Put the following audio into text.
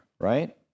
right